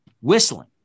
whistling